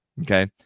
okay